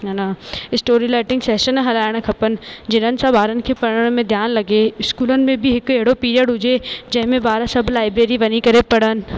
या न story writing session हलाइणु खपनि जिनन सां ॿारनि खे पढ़ण में ध्यानु लॻे स्कूलनि में बि हिकु अहिड़ो पीरियड हुजे जंहिंमे ॿार सभु लाइब्रेरी वञी करे पढ़नि